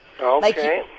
Okay